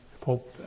Pope